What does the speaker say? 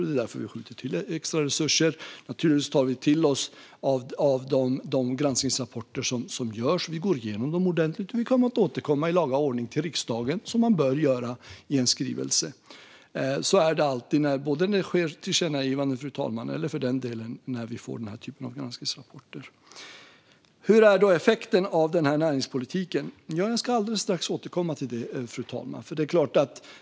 Det är därför vi skjuter till extra resurser. Naturligtvis tar vi till oss de granskningsrapporter som görs. Vi går igenom dem ordentligt och kommer i laga ordning att återkomma till riksdagen med en skrivelse, som man bör göra. Så är det alltid, fru talman, både när det görs tillkännagivanden och när vi får den här typen av granskningsrapporter. Hur är då effekten av denna näringspolitik? Jag ska alldeles strax återkomma till det, fru talman.